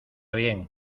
bien